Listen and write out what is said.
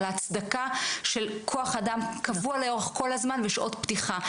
על ההצדקה של כוח אדם קבוע לאורך כל הזמן ושעות פתיחה,